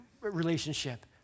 relationship